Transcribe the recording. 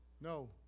no